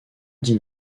dix